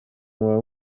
mwaba